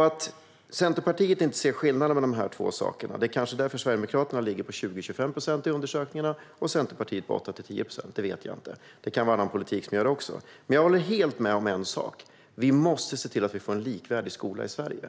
Att Centerpartiet inte ser skillnaden mellan dessa två saker är kanske anledningen till att Sverigedemokraterna ligger på 20-25 procent i undersökningarna och Centerpartiet på 8-10 procent; det vet jag inte. Det kan också vara annan politik som gör det. Jag håller dock helt med om en sak: Vi måste se till att vi får en likvärdig skola i Sverige.